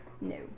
no